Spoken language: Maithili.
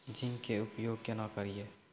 जिंक के उपयोग केना करये?